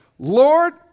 Lord